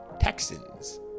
Texans